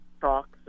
talks